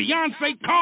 Beyonce